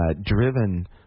driven